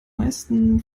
meisten